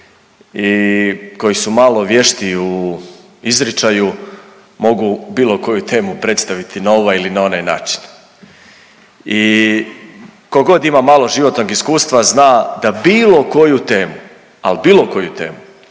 i koji su malo vještiji u izričaju mogu bilo koju temu predstaviti na ovaj ili na onaj način i kogod ima malo životnog iskustva zna da bilo koju temu, al bilo koju temu